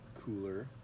cooler